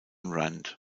rand